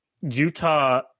Utah